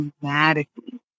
dramatically